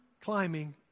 climbing